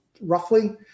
roughly